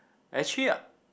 actually